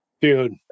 Dude